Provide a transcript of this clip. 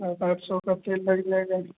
सात आठ सौ का तेल लग जाएगा